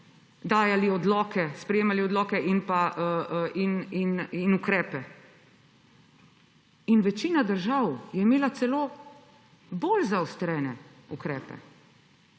tam so sprejemali odloke in ukrepe. Večina držav je imela celo bolj zaostrene ukrepe,